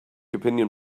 opinion